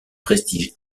prestige